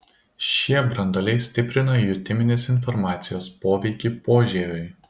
šie branduoliai stiprina jutiminės informacijos poveikį požieviui